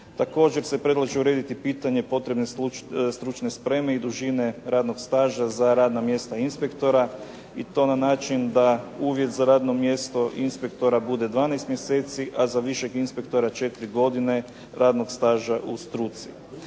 Također se predlaže urediti pitanje potrebne stručne spreme i dužine radnog staža za radna mjesta inspektora i to na način da uvjet za radno mjesto inspektora bude 12 mjeseci, a za višeg inspektora 4. godine radnog staža u struci.